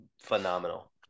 phenomenal